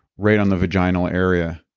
right on the vaginal area,